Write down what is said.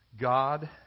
God